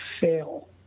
fail